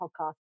podcast